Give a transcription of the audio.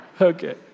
Okay